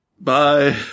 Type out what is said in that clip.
Bye